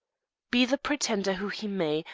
be the pretender who he may,